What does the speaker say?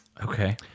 Okay